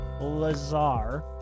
Lazar